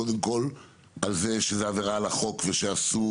קודם כל על זה שזה עבירה על החוק ושאסור,